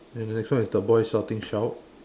then the next one is the boy shouting shout